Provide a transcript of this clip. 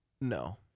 No